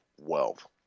wealth